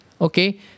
okay